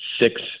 six